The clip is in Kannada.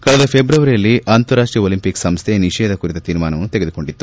ಕಳೆದ ಫೆಬ್ರವರಿಯಲ್ಲಿ ಅಂತಾರಾಷ್ಷೀಯ ಒಲಿಂಪಿಕ್ ಸಂಸ್ಹೆ ನಿಷೇಧ ಕುರಿತ ತೀರ್ಮಾನವನ್ನು ತೆಗೆದುಕೊಂಡಿತ್ತು